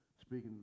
speaking